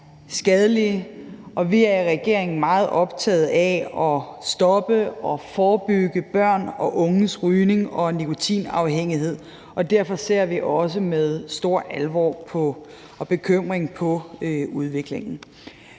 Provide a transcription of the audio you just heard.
skadelige, og vi er i regeringen meget optaget af at stoppe og forebygge børn og unges rygning og nikotinafhængighed, og derfor ser vi også med stor alvor og bekymring på udviklingen.